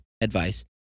advice